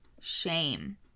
shame